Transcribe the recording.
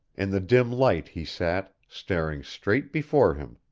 in the dim light he sat, staring straight before him,